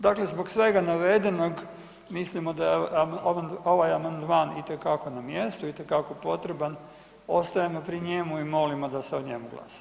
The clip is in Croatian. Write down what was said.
Dakle, zbog svega navedenog mislimo da je ovaj amandman itekako na mjestu, itekako potreban ostajemo pri njemu i molimo da se o njemu glasa.